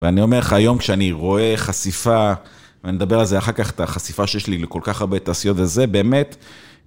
ואני אומר לך, היום כשאני רואה חשיפה, ואני אדבר על זה אחר כך, את החשיפה שיש לי לכל כך הרבה תעשיות, וזה באמת,